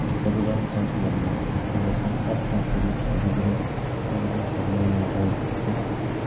ᱥᱟᱹᱫᱷᱩ ᱨᱟᱢᱪᱟᱸᱫᱽ ᱢᱩᱨᱢᱩ ᱡᱟᱦᱟᱸᱭ ᱫᱚ ᱥᱟᱱᱛᱟᱲ ᱥᱟᱶᱛᱟ ᱨᱤᱱᱤᱡ ᱠᱚᱵᱤᱜᱩᱨᱩ ᱥᱟᱹᱫᱷᱩ ᱨᱟᱢᱪᱟᱸᱫᱽ ᱢᱩᱨᱢᱩ ᱟᱜ ᱚᱞ ᱯᱩᱛᱷᱤ